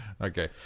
Okay